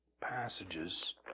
passages